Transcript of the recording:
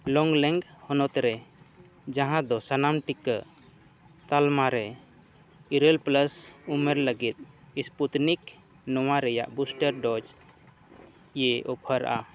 ᱦᱚᱱᱚᱛ ᱨᱮ ᱡᱟᱦᱟᱸ ᱫᱚ ᱥᱟᱱᱟᱢ ᱴᱤᱠᱟᱹ ᱛᱟᱞᱢᱟ ᱨᱮ ᱤᱨᱟᱹᱞ ᱩᱢᱮᱨ ᱞᱟᱹᱜᱤᱫ ᱱᱚᱣᱟ ᱨᱮᱭᱟᱜ ᱥᱯᱩᱴᱮᱱᱤᱠ ᱤᱭᱟᱹᱭ ᱚᱯᱷᱟᱨᱟ